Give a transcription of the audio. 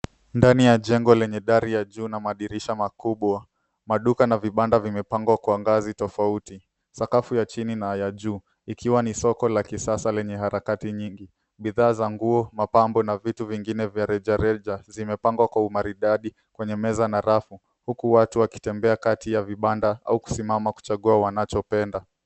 Ndani ya jengo lenye dari ya juu na madirisha makubwa. Maduka na vibanda vimepangwa kwa ngazi tofauti, sakafu ya chini na ya juu. Ikiwa ni soko la kisasa lenye harakati nyingi. Bidhaa za nguo, mapambo na vitu vingine vya rejareja zimepangwa kwa umaridadi kwenye meza na rafu, huku watu wakitembea kati ya vibanda au kusimama kuchagua wanachopenda.